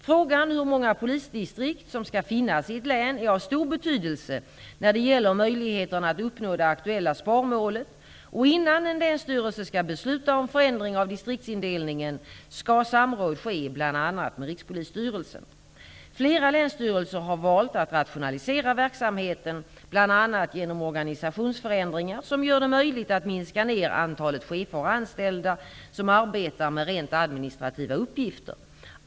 Frågan hur många polisdistrikt som skall finnas i ett län är av stor betydelse när det gäller möjligheterna att uppnå det aktuella sparmålet, och innan en länsstyrelse skall besluta om förändring av distriktsindelningen skall samråd ske bl.a. med Rikspolisstyrelsen. Flera länsstyrelser har valt att rationalisera verksamheten bl.a. genom organisationsförändringar som gör det möjligt att minska ner antalet chefer och anställda som arbetar med rent administrativa uppgifter.